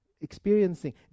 experiencing